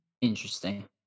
Interesting